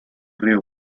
río